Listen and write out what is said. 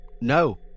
no